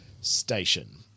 station